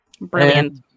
Brilliant